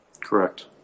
Correct